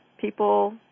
people